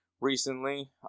recently